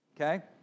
okay